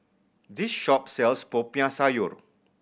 this shop sells Popiah Sayur